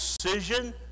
decision